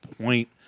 point